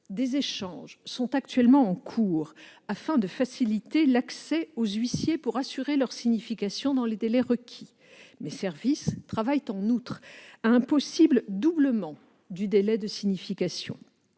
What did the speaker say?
Des échanges sont en cours afin de faciliter l'accès aux huissiers pour assurer leur signification dans les délais requis. Mes services travaillent en outre à un possible doublement du délai de signification.